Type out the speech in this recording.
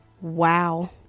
Wow